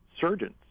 surgeons